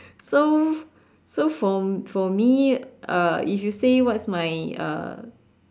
so so for for me uh if you say what is my uh